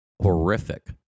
Horrific